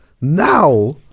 now